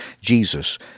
jesus